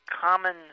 common